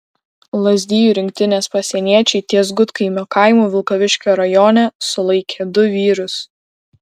lazdijų rinktinės pasieniečiai ties gudkaimio kaimu vilkaviškio rajone sulaikė du vyrus